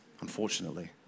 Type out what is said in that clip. unfortunately